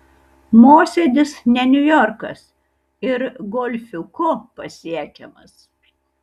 mosėdis ne niujorkas ir golfiuku pasiekiamas